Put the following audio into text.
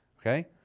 Okay